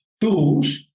tools